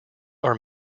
are